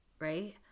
right